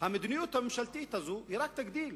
המדיניות הממשלתית הזאת רק תגדיל